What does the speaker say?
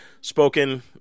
spoken